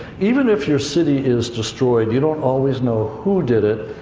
even if your city is destroyed, you don't always know who did it,